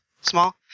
Small